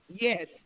Yes